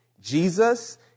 Jesus